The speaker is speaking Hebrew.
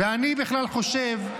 ואני בכלל חושב,